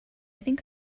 think